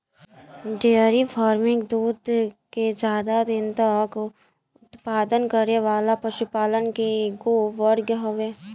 dairy farming दूध के ज्यादा दिन तक उत्पादन करे वाला पशुपालन के एगो वर्ग हवे